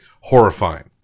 horrifying